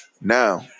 Now